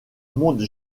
monde